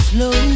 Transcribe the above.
Slow